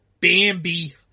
Bambi